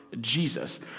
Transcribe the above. jesus